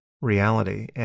reality